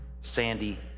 sandy